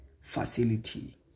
facility